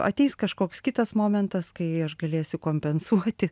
ateis kažkoks kitas momentas kai aš galėsiu kompensuoti